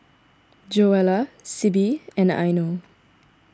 Joella Sibbie and Eino